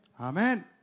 Amen